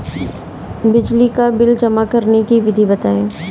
बिजली का बिल जमा करने की विधि बताइए?